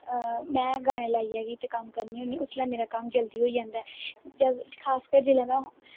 में गाने लाइयै गै ते कम्म करनी होनी उसलै मेरा कम्म जल्दी होई जंदा ऐ खासकर